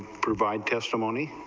provide testimony